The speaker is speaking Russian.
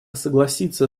согласиться